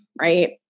right